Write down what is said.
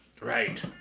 Right